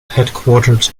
headquartered